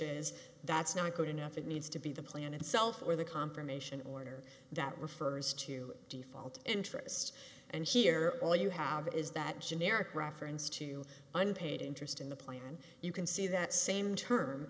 is that's not good enough it needs to be the plan itself or the confirmation order that refers to default interest and here all you have is that generic reference to unpaid interest in the plan you can see that same term